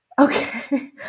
Okay